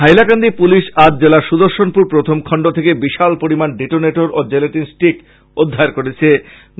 Hailakandi police আজ জেলার সুর্দশনপুর প্রথমখন্ড থেকে বিশাল পরিমান ডিটোনেটর ও জেলেটিন স্টিক উদ্ধার করেছে